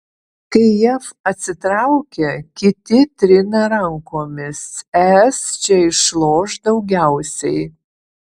kai jav atsitraukia kiti trina rankomis es čia išloš daugiausiai